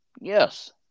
Yes